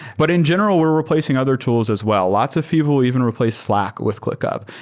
but in general, we're replacing other tools as well. lots of people even replace slack with clickup.